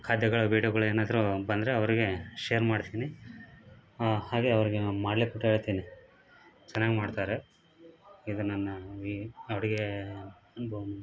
ಖಾದ್ಯಗಳು ವೀಡಿಯೋಗಳು ಏನಾದರು ಬಂದರೆ ಅವರಿಗೆ ಶೇರ್ ಮಾಡ್ತೀನಿ ಹಾಗೆ ಅವರಿಗೆ ನಾನು ಮಾಡ್ಲಿಕ್ಕೆ ಕೂಡ ಹೇಳ್ತೀನಿ ಚೆನ್ನಾಗಿ ಮಾಡ್ತಾರೆ ಇದು ನನ್ನ ಈ ಅಡುಗೆಯ ಅನುಭವ